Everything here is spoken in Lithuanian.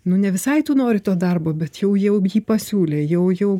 nu ne visai tu nori to darbo bet jau jau jį pasiūlė jau jau